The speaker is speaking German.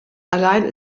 alleine